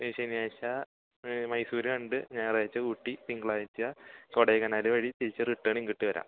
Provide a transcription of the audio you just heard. ശനിയാഴ്ച മൈസൂർ കണ്ട് ഞായറാഴ്ച ഊട്ടി തിങ്കളാഴ്ച കൊടൈക്കനാൽ വഴി തിരിച്ച് റിട്ടേണ് ഇങ്ങോട്ട് വരാം